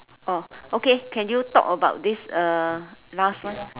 orh okay can you talk about this uh last one